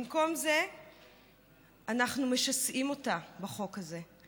במקום זה אנחנו משסעים אותה בחוק הזה.